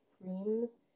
creams